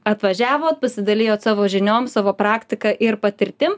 atvažiavot pasidalijot savo žiniom savo praktika ir patirtim